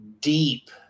deep